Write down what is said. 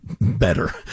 Better